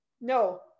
no